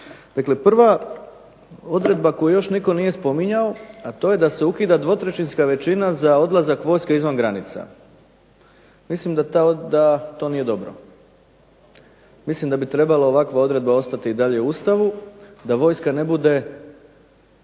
Dakle prva odredba koju još nitko nije spominjao, a to je da se ukida dvotrećinska većina za odlazak vojske izvan granica. Mislim da to nije dobro. Mislim da bi trebala ovakva odredba ostati i dalje u Ustavu, da vojska ne bude